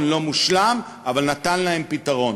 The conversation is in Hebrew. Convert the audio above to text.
פתרון, לא מושלם, אבל נתן להם פתרון.